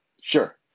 sure